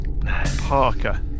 Parker